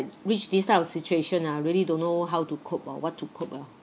reach this type of situation ah really don't know how to cope or what to cope ah